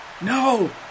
No